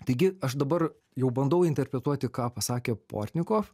taigi aš dabar jau bandau interpretuoti ką pasakė pornikov